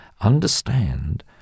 understand